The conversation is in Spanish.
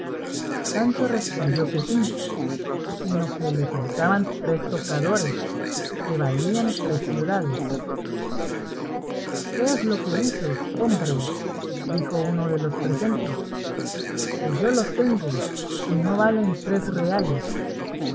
sancho respondió que sí sino que le faltaban tres tocadores que valían tres ciudades qué es lo que dices hombre dijo uno de los presentes que yo los tengo y no valen tres reales